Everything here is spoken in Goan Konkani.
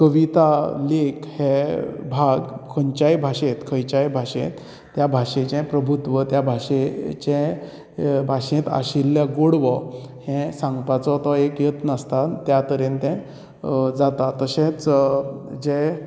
कवीता लेख हे भाग खंयच्याय भाशेंत खंयच्याय भाशेंत त्या भाशेचे प्रभूत्व त्या भाशेचे भाशेंत आशिल्लें गोडवो हे सांगपाचो तो एक यत्न आसता त्या तरेन तें जाता तशेंच जे